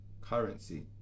currency